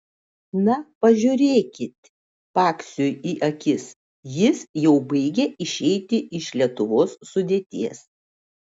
na pažiūrėkit paksiui į akis jis jau baigia išeiti iš lietuvos sudėties